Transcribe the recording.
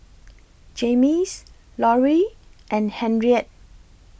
Jaymes Lorie and Henriette